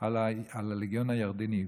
על הלגיון הירדני.